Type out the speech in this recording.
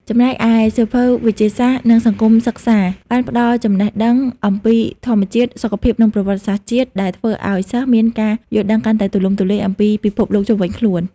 ចំណែកឯសៀវភៅ វិទ្យាសាស្ត្រ និង សង្គមសិក្សា បានផ្ដល់ចំណេះដឹងអំពីធម្មជាតិ សុខភាព និងប្រវត្តិសាស្ត្រជាតិ ដែលធ្វើឱ្យសិស្សមានការយល់ដឹងកាន់តែទូលំទូលាយអំពីពិភពលោកជុំវិញខ្លួន។